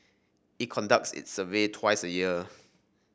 it conducts its survey twice a year